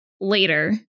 later